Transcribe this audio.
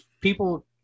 People